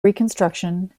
reconstruction